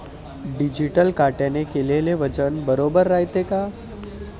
Digital काट्याने केलेल वजन बरोबर रायते का?